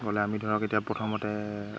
গ'লে আমি ধৰক এতিয়া প্ৰথমতে